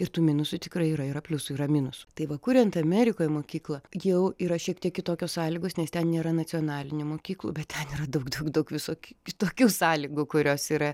ir tų minusų tikrai yra yra pliusų yra minusų tai va kuriant amerikoj mokyklą jau yra šiek tiek kitokios sąlygos nes ten nėra nacionalinių mokyklų bet ten yra daug daug visokių kitokių sąlygų kurios yra